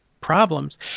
problems